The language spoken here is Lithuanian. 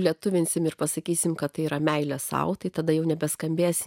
lietuvinsime ir pasakysime kad tai yra meilė sau tai tada jau nebeskambės